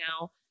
now